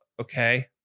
okay